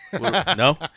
No